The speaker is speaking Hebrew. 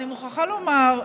אני מוכרחה לומר,